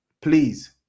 please